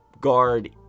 guard